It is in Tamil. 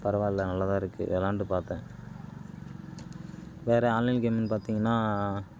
பரவாயில்ல நல்லாதான் இருக்குது விளாண்டு பார்த்தேன் வேற ஆன்லைன் கேம்னு பார்த்திங்கன்னா